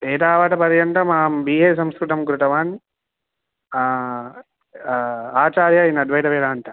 एतावत् पर्यन्तमहं बि ए संस्कृतं कृतवान् आचार्य इन् अद्वैटवेदान्ट